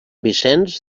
vicenç